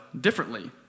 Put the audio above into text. differently